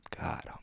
god